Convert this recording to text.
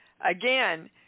again